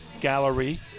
Gallery